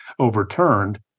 overturned